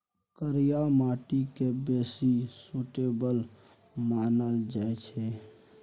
करिया माटि केँ बेसी सुटेबल मानल जाइ छै